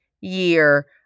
year